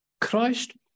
Christ